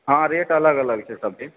हँ रेट अलग अलग छै सभके